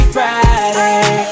Friday